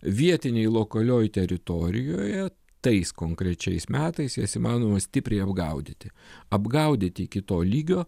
vietinėj lokalioj teritorijoje tais konkrečiais metais jas įmanoma stipriai apgaudyti apgaudyti iki to lygio